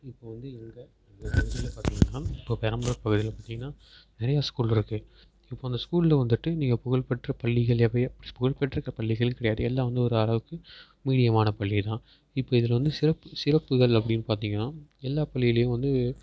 இப்போ வந்து இங்கே இந்த இதில் பார்த்தீங்கன்னா இப்போ பெரம்பலூர் பகுதியில் பார்த்தீங்கன்னா நிறையா ஸ்கூல் இருக்குது இப்போது அந்த ஸ்கூலில் வந்துட்டு நீங்கள் புகழ் பெற்ற பள்ளிகள் எவையோ புகழ் பெற்றுக்க பள்ளிகள் கிடையாது எல்லாம் வந்து ஓரளவுக்கு மீடியமான பள்ளி தான் இப்போ இதில் வந்து சிறப்பு சிறப்புகள் அப்படின்னு பார்த்தீங்கன்னா எல்லா பள்ளியிலேயும் வந்து